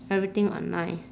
everything online